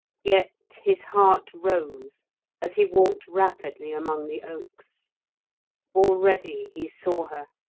yet his heart rose as he walked rapidly among the oaks already he saw her,